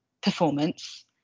performance